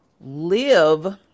live